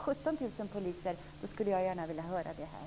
Jag skulle gärna vilja höra det här.